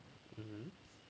mmhmm